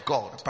God